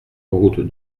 route